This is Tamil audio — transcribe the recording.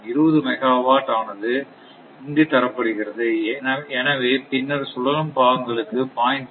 20 மெகாவாட் அவனது இங்கு தரப்படுகிறது எனவே பின்னர் சூழலும் பாகங்களுக்கு 0